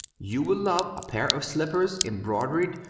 you will love a pair of slippers embroidered,